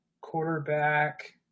quarterback